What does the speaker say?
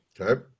Okay